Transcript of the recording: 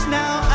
now